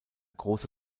grosse